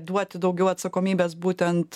duoti daugiau atsakomybės būtent